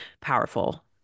powerful